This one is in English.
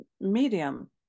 medium